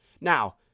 Now